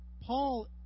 Paul